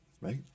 Right